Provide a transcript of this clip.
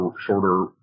shorter